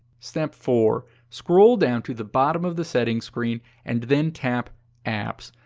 step four. scroll down to the bottom of the settings screen, and then tap apps.